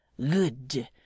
Good